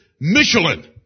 Michelin